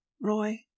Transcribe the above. Roy